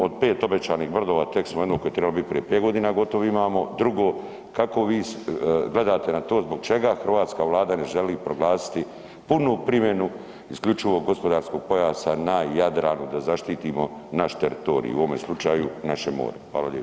Od 5 obećanih brodova, tek smo jedno koje je trebalo biti prije 5 godina gotov, imamo, drugo, kako vi gledate na to, zbog čega hrvatska Vlada ne želi proglasiti punu primjenu isključivog gospodarskog pojasa na Jadranu, da zaštitimo naš teritorij, u ovome slučaju, naše more.